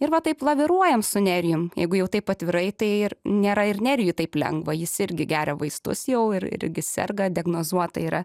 ir va taip laviruojam su nerijum jeigu jau taip atvirai tai ir nėra ir nerijau taip lengva jis irgi geria vaistus jau ir irgi serga diagnozuota yra